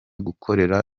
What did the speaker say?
gukorera